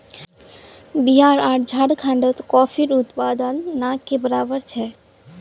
बिहार आर झारखंडत कॉफीर उत्पादन ना के बराबर छेक